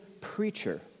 preacher